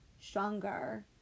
stronger